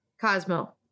Cosmo